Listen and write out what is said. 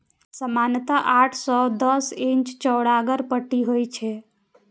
सामान्यतः आठ सं दस इंच चौड़गर पट्टी होइ छै